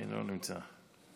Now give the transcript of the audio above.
אינו נמצא.